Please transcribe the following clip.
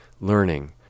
learning